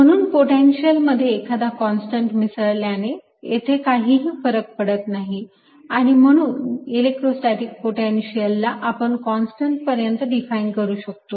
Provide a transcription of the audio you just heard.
म्हणून पोटेन्शिअल मध्ये एखादा कॉन्स्टंट मिसळल्याने तेथे काहीही फरक पडत नाही आणि म्हणून इलेक्ट्रोस्टॅटीक पोटेन्शियल ला आपण कॉन्स्टंट पर्यंत डिफाइन करू शकतो